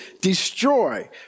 destroy